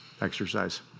exercise